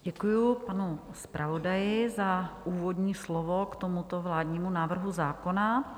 Děkuji panu zpravodaji za úvodní slovo k tomuto vládnímu návrhu zákona.